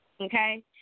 okay